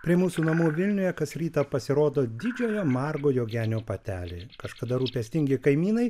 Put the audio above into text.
prie mūsų namų vilniuje kas rytą pasirodo didžiojo margojo genio patelė kažkada rūpestingi kaimynai